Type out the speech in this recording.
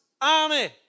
army